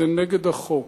זה נגד החוק,